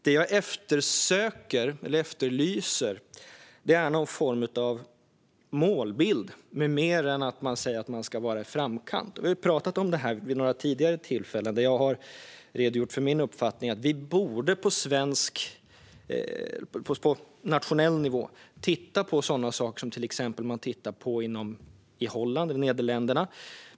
Det jag eftersöker eller efterlyser är någon form av målbild, mer än att man säger att man ska vara i framkant. Vi har pratat om detta vid några tidigare tillfällen, då jag har redogjort för min uppfattning. Vi borde på nationell nivå titta på sådana saker som man till exempel tittar på i Nederländerna.